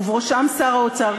ובראשם שר האוצר,